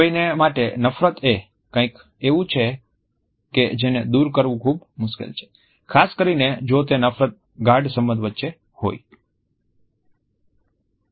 કોઈની માટે નફરત એ કંઈક એવું છે જેને દૂર કરવું ખૂબ મુશ્કેલ છે ખાસ કરીને જો તે નફરત ગાઢ સંબંધ વચ્ચે હોય